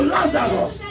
Lazarus